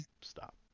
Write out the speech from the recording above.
stop